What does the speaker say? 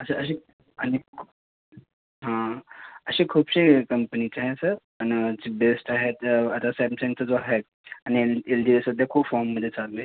असे असे अनेक हां असे खूपसे कंपनीचे आहे सर आणि चं बेस्ट आहेत त आता सॅमसेनचा जो आहे आणि एल एल जी आहे सध्या खूप फॉममध्ये चालले आहेत